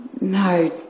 no